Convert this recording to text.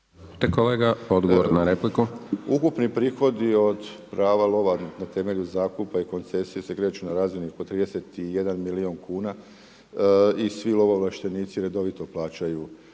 kolega, odgovor na repliku. **Kraljičak, Željko** Ukupni prihodi od prava lova na temelju zakupa i koncesija se kreću na razini oko 31 milijun kuna i svi lovoovlaštenici redovito plaćaju